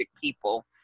people